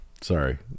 sorry